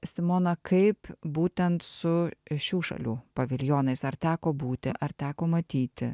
simona kaip būtent su šių šalių paviljonais ar teko būti ar teko matyti